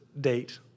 date